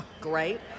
Great